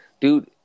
dude